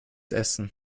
essen